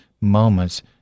moments